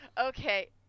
Okay